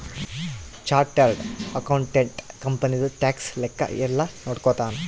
chartered accountant ಕಂಪನಿದು tax ಲೆಕ್ಕ ಯೆಲ್ಲ ನೋಡ್ಕೊತಾನ